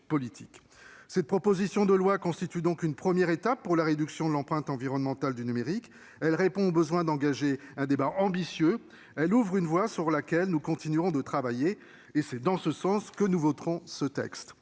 Cette proposition de loi constitue une première étape pour la réduction de l'empreinte environnementale du numérique. Elle répond au besoin d'engager un débat ambitieux, et ouvre une voie sur laquelle nous continuerons de travailler. C'est dans ce sens que nous voterons ce texte.